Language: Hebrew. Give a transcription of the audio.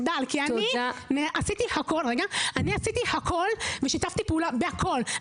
זה מחדל כי אני עשיתי הכול ושיתפתי פעולה בהכול.